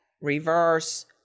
reverse